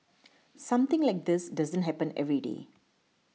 something like this doesn't happen every day